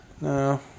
no